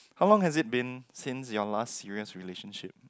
how long has it been since your last serious relationship